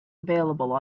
available